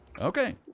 Okay